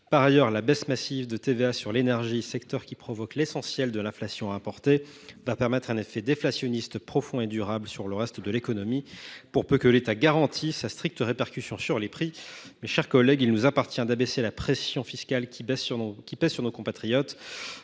Par ailleurs, la baisse massive de TVA sur l’énergie, secteur qui provoque l’essentiel de l’inflation importée, permettra un effet déflationniste profond et durable sur le reste de l’économie, pour peu que l’État garantisse sa stricte répercussion sur les prix. Mes chers collègues, il nous appartient d’abaisser la pression fiscale qui pèse sur nos compatriotes,